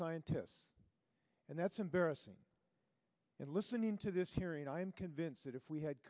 scientists and that's embarrassing and listening to this hearing i am convinced that if we had